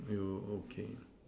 you okay lah